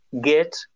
get